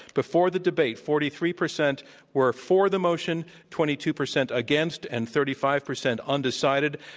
before the debate, forty three percent were for the motion, twenty two percent against, and thirty five percent undecided.